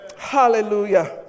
Hallelujah